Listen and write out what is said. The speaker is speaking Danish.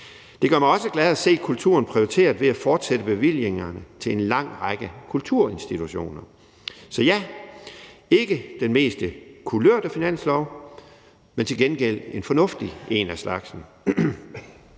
Det gør mig også glad at se, at kulturen er prioriteret, ved at man fortsætter bevillingerne til en lang række kulturinstitutioner. Så ja, det er ikke den mest kulørte finanslov, men til gengæld er det en fornuftig en af slagsen.